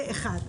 זה אחד.